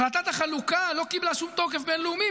החלטת החלוקה לא קיבלה שום תוקף בין-לאומי,